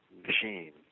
machine